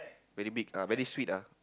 very big ah very sweet ah